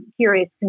curious